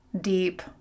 deep